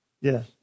Yes